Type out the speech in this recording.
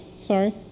sorry